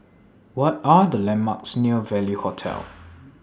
What Are The landmarks near Value Hotel